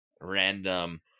random